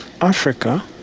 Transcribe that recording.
Africa